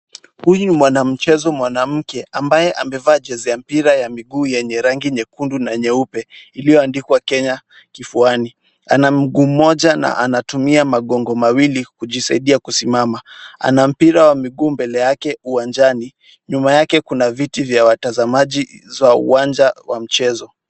Huyu mwanamchezo mwanamke ambaye amevaa jezi ya mpira ya miguu yenye rangi nyekundu na nyeupe iliyoandikwa Kenya kifuani. Ana mguu mmoja na anatumia magongo mawili kujisaidia kusimama. Ana mpira wa miguu mbele yake uwanjani. Nyuma yake kuna viti vya watazamaji vya uwanja wa mchezo.